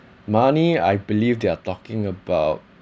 money I believe they're talking about